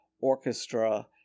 orchestra